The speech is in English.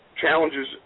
challenges